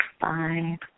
five